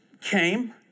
came